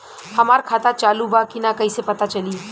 हमार खाता चालू बा कि ना कैसे पता चली?